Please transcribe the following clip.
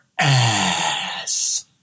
ass